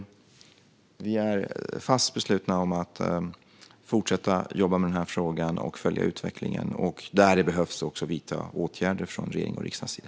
Vi är fast beslutna att fortsätta jobba med frågan, att följa utvecklingen och att där det behövs vidta åtgärder från regeringens och riksdagens sida.